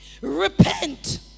repent